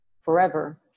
forever